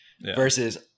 Versus